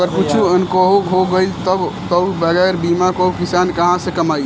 अगर कुछु अनहोनी हो गइल तब तअ बगैर बीमा कअ किसान कहां से कमाई